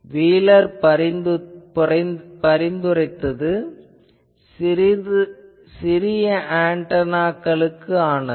wheeler பரிந்துரைத்தது சிறிய ஆன்டெனாக்களுக்கானது